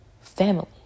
family